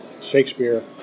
Shakespeare